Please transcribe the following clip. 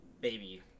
baby